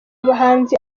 abahanzi